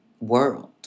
world